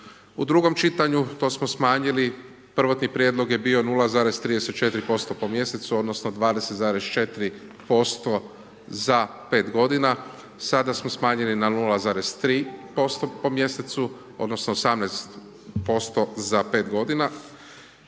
U drugom čitanju, to smo smanjili, prvotni prijedlog je bio 0,34% po mjesecu odnosno 20,4% za 5 godina, sada smo smanjili na 0,3% po mjesecu odnosno 18% za 5 godina,